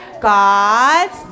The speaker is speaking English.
God's